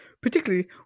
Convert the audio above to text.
Particularly